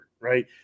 right